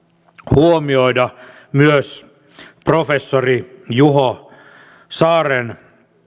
huomioida myös professori juho saaren